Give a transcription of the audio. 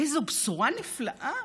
איזו בשורה נפלאה.